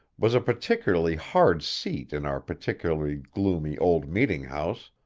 was a particularly hard seat in our particularly gloomy old meetinghouse,